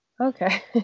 okay